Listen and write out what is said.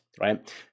right